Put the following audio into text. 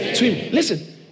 Listen